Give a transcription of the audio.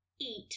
eat